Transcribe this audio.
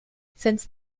since